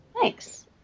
Thanks